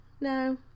no